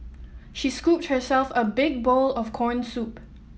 she scooped herself a big bowl of corn soup